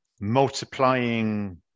multiplying